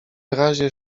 razie